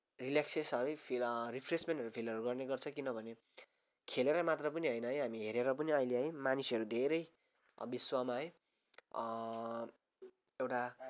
relaxation feel रिफ्रेसमेन्टहरू फिलहरू गर्ने गर्छ किनभने खेलेर मात्र पनि होइन है हामी हेरेर पनि अहिले है मानिसहरू धेरै विश्वमा है एउटा